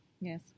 Yes